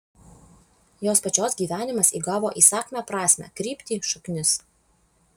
jos pačios gyvenimas įgavo įsakmią prasmę kryptį šaknis